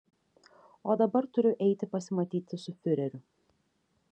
o dabar turiu eiti pasimatyti su fiureriu